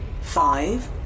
Five